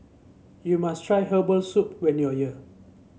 you must try Herbal Soup when you are here